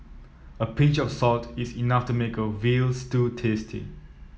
a pinch of salt is enough to make a veal stew tasty